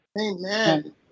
Amen